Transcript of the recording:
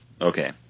Okay